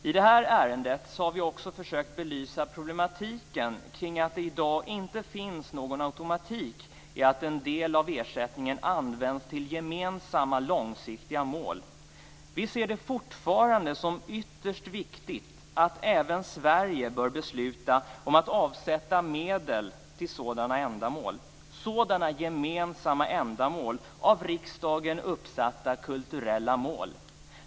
I det här ärendet har vi försökt belysa den problematik som beror på att det i dag inte finns någon automatik som garanterar att en del av ersättningen används till gemensamma långsiktiga mål. Vi ser det som ytterst viktigt att man i Sverige beslutar om att avsätta medel till gemensamma av riksdagen uppsatta kulturella mål.